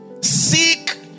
Seek